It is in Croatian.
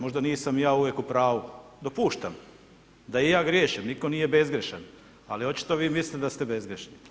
Možda nisam ja uvijek u pravu, dopuštam da i ja griješim, nitko nije bezgrešan, ali očito vi mislite da ste bezgrešni.